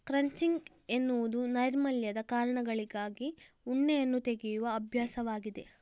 crutching ಎನ್ನುವುದು ನೈರ್ಮಲ್ಯದ ಕಾರಣಗಳಿಗಾಗಿ ಉಣ್ಣೆಯನ್ನು ತೆಗೆಯುವ ಅಭ್ಯಾಸವಾಗಿದೆ